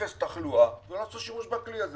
אפס תחלואה, ולא עשו שימוש בכלי הזה.